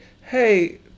hey